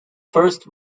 first